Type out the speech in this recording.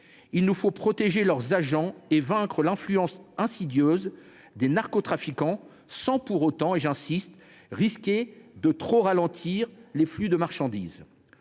Il nous faut protéger leurs agents et vaincre l’influence insidieuse des narcotrafiquants sans pour autant – j’insiste sur ce point – risquer de trop ralentir les flux de marchandises.